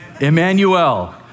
Emmanuel